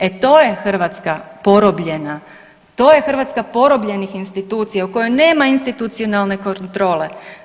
E to je Hrvatska porobljena, to je Hrvatska porobljenih institucija u kojoj nema institucionalne kontrole.